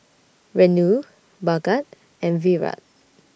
Renu Bhagat and Virat